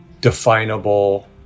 definable